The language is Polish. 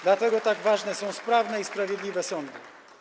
Dlatego tak ważne są sprawne i sprawiedliwe sądy.